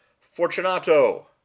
Fortunato